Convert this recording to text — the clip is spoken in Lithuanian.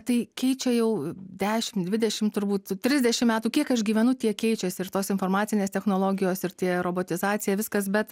tai keičia jau dešim dvidešim turbūt trisdešim metų kiek aš gyvenu tiek keičiasi ir tos informacinės technologijos ir tie robotizacija viskas bet